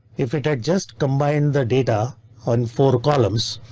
if it had just combined the data on four columns,